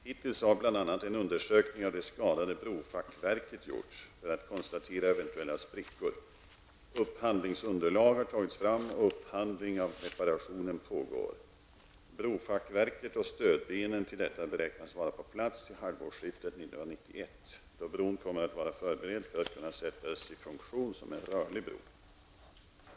Hittills har bl.a. en undersökning av det skadade brofackverket gjorts för att konstatera eventuella sprickor, upphandlingsunderlag har tagits fram och upphandling av reparationen pågår. Brofackverket och stödbenen till detta beräknas vara på plats till halvårsskiftet 1991, då bron kommer att vara förberedd för att kunna sättas i funktion som en rörlig bro.